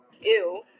Ew